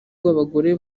rw’abagore